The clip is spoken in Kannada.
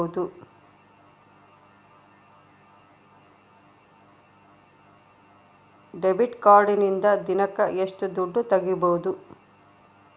ಡೆಬಿಟ್ ಕಾರ್ಡಿನಿಂದ ದಿನಕ್ಕ ಎಷ್ಟು ದುಡ್ಡು ತಗಿಬಹುದು?